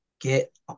get